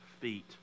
feet